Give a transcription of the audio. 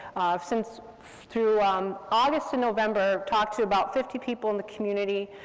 since, through um august to november, talked to about fifty people in the community,